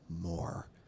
more